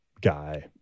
guy